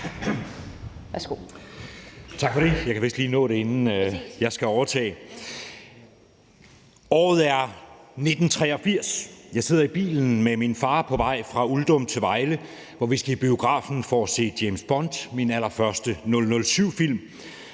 Tak for det. Jeg kan vist lige nå det, inden jeg skal overtage formandsstolen. Året er 1983. Jeg sidder i bilen med min far på vej fra Uldum til Vejle, hvor vi skal i biografen for at se James Bond; den allerførste 007-film,